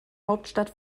hauptstadt